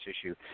issue